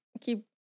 keep